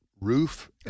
roof